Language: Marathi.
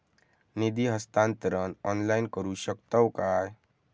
निधी हस्तांतरण ऑनलाइन करू शकतव काय?